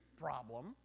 problem